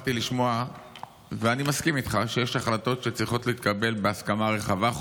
שמחתי לשמוע ואני מסכים איתך שיש החלטות שצריכות להתקבל בהסכמה רחבה,